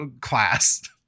class